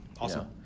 Awesome